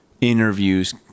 interviews